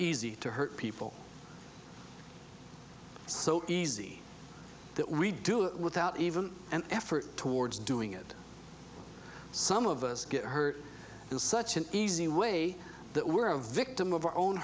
easy to hurt people so easy that we do it without even an effort towards doing it some of us get hurt in such an easy way that we're a victim of our own